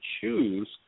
choose